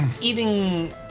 eating